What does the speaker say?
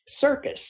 circus